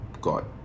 God